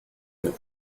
nous